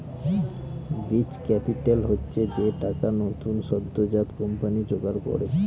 বীজ ক্যাপিটাল হচ্ছে যে টাকা নতুন সদ্যোজাত কোম্পানি জোগাড় করে